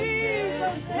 Jesus